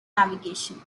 navigation